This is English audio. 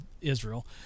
Israel